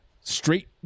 straight